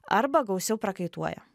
arba gausiau prakaituoja